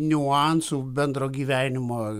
niuansų bendro gyvenimo